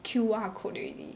Q_R code already